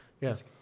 Yes